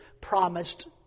promised